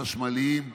חשמליים,